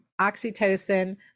oxytocin